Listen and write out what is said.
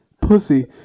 pussy